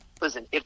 listen